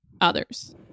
others